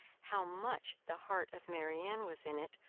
how much the heart of marianne was in it,